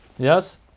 Yes